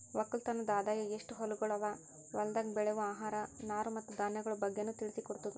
ಒಕ್ಕಲತನದ್ ಆದಾಯ, ಎಸ್ಟು ಹೊಲಗೊಳ್ ಅವಾ, ಹೊಲ್ದಾಗ್ ಬೆಳೆವು ಆಹಾರ, ನಾರು ಮತ್ತ ಧಾನ್ಯಗೊಳ್ ಬಗ್ಗೆನು ತಿಳಿಸಿ ಕೊಡ್ತುದ್